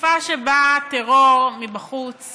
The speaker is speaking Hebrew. בתקופה שבה הטרור מבחוץ